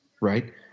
right